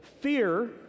fear